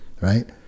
Right